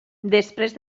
després